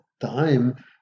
time